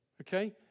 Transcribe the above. okay